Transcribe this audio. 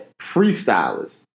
freestylers